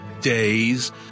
days